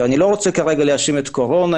אני לא רוצה להאשים את קורונה.